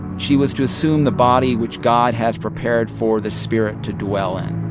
she was to assume the body which god has prepared for the spirit to dwell in